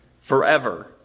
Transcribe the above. forever